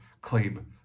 claim